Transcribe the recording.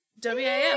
WAF